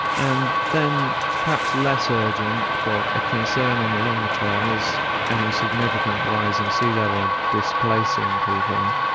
and then perhaps less urgent but a concern in the longer term is any significant rise in sea level displacing people.